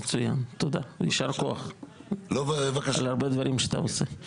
מצוין, יישר כוח על הרבה דברים שאתה עושה.